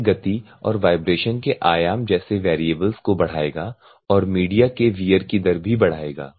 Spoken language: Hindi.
यह गति और वाइब्रेशन के आयाम जैसे वेरिएबल्स को बढ़ाएगा और मीडिया के वियर की दर भी बढ़ाएगा